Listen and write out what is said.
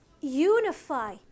unify